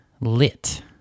lit